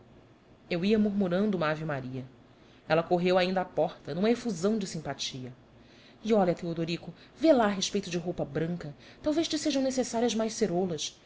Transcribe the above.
eu ia murmurando uma ave-maria ela correu ainda à porta numa efusão de simpatia e olha teodorico vê lá a respeito de roupa branca talvez te sejam necessárias mais ceroulas